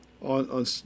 on